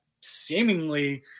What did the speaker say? seemingly